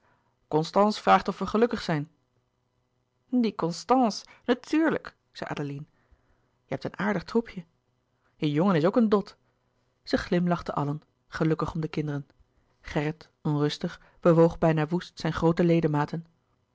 constance vraagt of we gelukkig zijn louis couperus de boeken der kleine zielen die constance natuurlijk zei adeline je hebt een aardig troepje je jongen is ook een dot zij glimlachten allen gelukkig om de kinderen gerrit onrustig bewoog bijna woest zijn groote ledematen